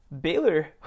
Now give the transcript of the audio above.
Baylor